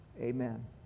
amen